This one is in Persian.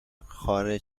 خارج